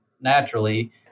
naturally